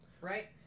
Right